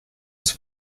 was